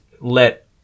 let